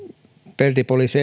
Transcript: peltipoliisi